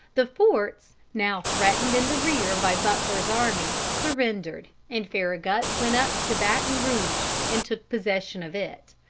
the forts, now threatened in the rear by butler's army, surrendered, and farragut went up to baton rouge and took possession of it.